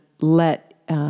let